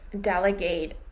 delegate